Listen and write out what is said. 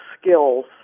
skills